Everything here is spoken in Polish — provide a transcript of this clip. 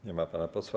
Nie ma pana posła.